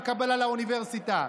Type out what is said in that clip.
בקבלה לאוניברסיטה?